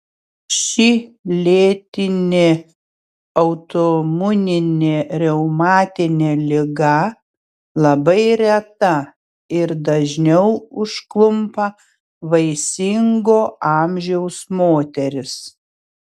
ši lėtinė autoimuninė reumatinė liga labai reta ir dažniau užklumpa vaisingo amžiaus moteris